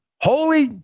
Holy